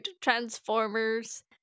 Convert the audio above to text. Transformers